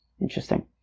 Interesting